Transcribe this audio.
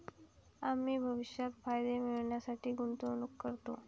आम्ही भविष्यात फायदे मिळविण्यासाठी गुंतवणूक करतो